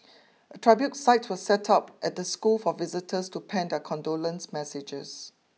a tribute site was set up at the school for visitors to pen their condolence messages